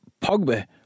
Pogba